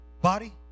body